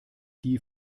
die